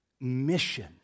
mission